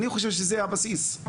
אני חושב שזה הבסיס.